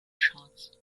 charts